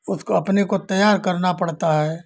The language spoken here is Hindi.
उसको अपने को तैयार करना पड़ता है